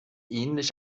ähnlich